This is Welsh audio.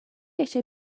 eisiau